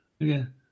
again